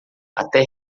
até